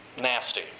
Nasty